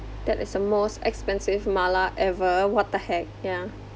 that is the most expensive mala ever what the heck yeah